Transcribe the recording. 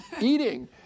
eating